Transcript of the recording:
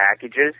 packages